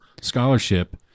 scholarship